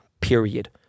period